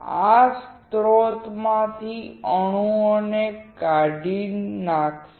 આ સ્રોતમાંથી અણુઓને કાઢી નાખશે